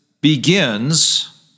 begins